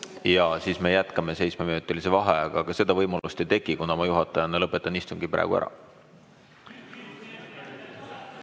Jaa, siis me jätkame seitsmeminutilise vaheajaga. Aga seda võimalust ei teki, kuna ma juhatajana lõpetan istungi praegu ära.